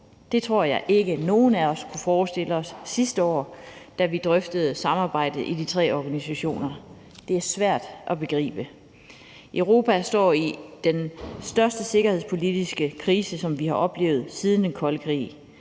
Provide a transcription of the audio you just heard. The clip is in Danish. Det tror jeg ikke at nogen af os kunne forestille os sidste år, da vi drøftede samarbejdet i de tre organisationer. Det er svært at begribe. Europa står i den største sikkerhedspolitiske krise, som vi har oplevet siden den kolde krig.